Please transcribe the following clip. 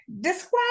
describe